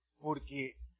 porque